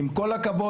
עם כל הכבוד,